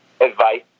advice